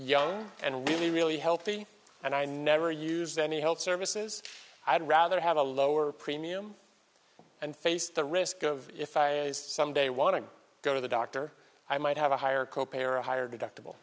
young and really really healthy and i never use any health services i'd rather have a lower premium and face the risk of if i as some day want to go to the doctor i might have a higher co pay are a higher deductible